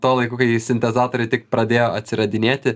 to laiku kai sintezatoriai tik pradėjo atsiradinėti